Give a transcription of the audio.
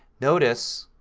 notice